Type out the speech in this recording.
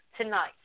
tonight